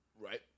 right